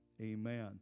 Amen